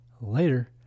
Later